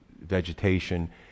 vegetation